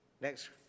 Next